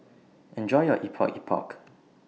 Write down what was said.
Enjoy your Epok Epok